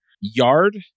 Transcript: Yard